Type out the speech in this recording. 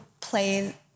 play